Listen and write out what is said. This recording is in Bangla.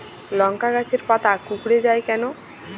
লংকা গাছের পাতা কুকড়ে যায় কেনো?